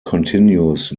continues